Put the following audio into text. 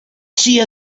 sia